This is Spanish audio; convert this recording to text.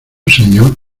señor